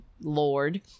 lord